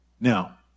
Now